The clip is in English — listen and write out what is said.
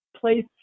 place